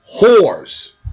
whores